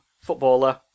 footballer